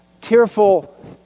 tearful